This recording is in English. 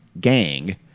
gang